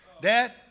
Dad